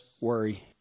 worry